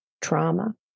trauma